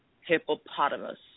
hippopotamus